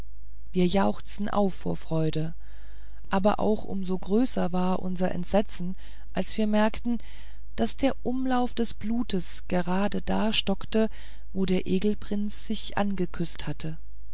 wir jauchzten auf vor freude aber auch um so größer war unser entsetzen als wir bemerkten daß der umlauf des bluts gerade da stockte wo der egelprinz sich angeküßt hatte